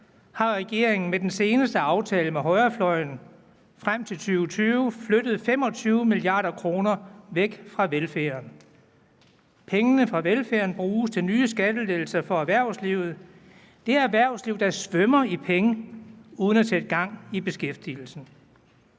har regeringen med den seneste aftale med højrefløjen frem til 2020 flyttet 25 mia. kr. væk fra velfærden. Pengene fra velfærden bruges til nye skattelettelser til erhvervslivet – det erhvervsliv, der svømmer i penge uden at sætte gang i beskæftigelsen.